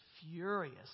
furious